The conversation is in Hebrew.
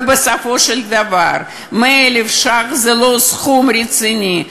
ובסופו של דבר 100,000 ש"ח זה לא סכום רציני.